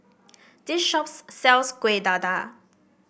this shop sells Kueh Dadar